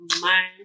mind